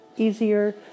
Easier